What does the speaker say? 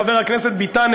חבר הכנסת ביטן,